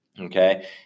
Okay